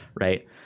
Right